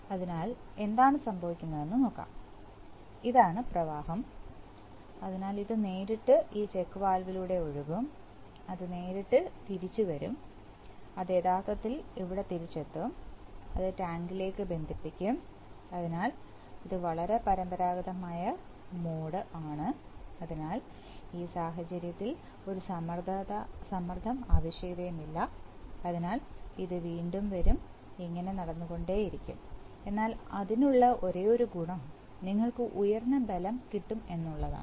അതിനാൽ എന്താണ് സംഭവിക്കുകയെന്നത് നോക്കാം ഇതാണ് പ്രവാഹം അതിനാൽ ഇത് നേരിട്ട് ഈ ചെക്ക് വാൽവിലൂടെ ഒഴുകും അത് നേരിട്ട് തിരിച്ചുവരും അത് യഥാർത്ഥത്തിൽ ഇവിടെ തിരിച്ചെത്തും അത് ടാങ്കിലേക്ക് ബന്ധിപ്പിക്കും അതിനാൽ ഇത് വളരെ പരമ്പരാഗതമായ മോഡ് ആണ് അതിനാൽ ഈ സാഹചര്യത്തിൽ ഒരു സമ്മർദ്ദ ആവശ്യകതയുമില്ല അതിനാൽ അത് വീണ്ടും വരുംഇങ്ങനെ നടന്നുകൊണ്ടേയിരിക്കും എന്നാൽ അതിനുള്ള ഒരേയൊരു ഗുണം നിങ്ങൾക്ക് ഉയർന്ന ബലം കിട്ടും എന്നുള്ളതാണ്